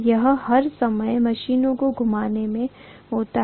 यह हर समय मशीनों को घुमाने में होता है